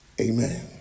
Amen